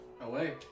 Away